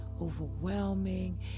overwhelming